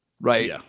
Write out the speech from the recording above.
Right